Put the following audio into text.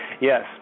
Yes